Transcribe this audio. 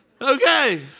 Okay